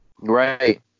Right